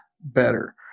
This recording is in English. better